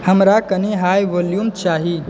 हमरा कनी high volume चाही